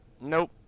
nope